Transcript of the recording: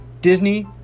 Disney